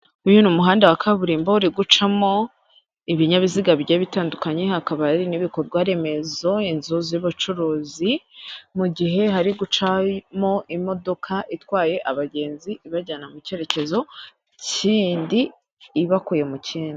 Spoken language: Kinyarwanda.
Uyu ni umuhanda wa kaburimbo, uri gucamo ibinyabiziga bigiye bitandukanye, hakaba hari n'ibikorwa remezo inzu z'ubucuruzi, mugihe hari gucamo imodoka itwaye abagenzi ibajyana mu cyerekezo kindi ibakuye mu kindi.